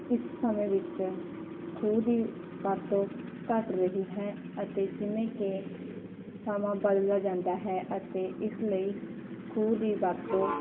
ਇਸ ਸਮੇਂ ਵਿੱਚ ਖੂਹ ਦੀ ਵਰਤੋਂ ਘਟ ਰਹੀ ਹੈ ਅਤੇ ਜਿਵੇਂ ਕਿ ਸਮਾਂ ਬਦਲਦਾ ਜਾਂਦਾ ਹੈ ਅਤੇ ਇਸ ਲਈ ਖੂਹ ਦੀ ਵਰਤੋਂ